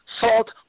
Salt